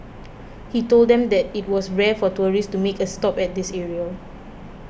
he told them that it was rare for tourists to make a stop at this area